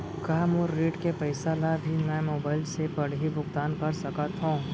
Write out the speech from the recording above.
का मोर ऋण के पइसा ल भी मैं मोबाइल से पड़ही भुगतान कर सकत हो का?